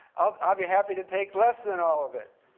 i'll ah be happy to take less than all of it.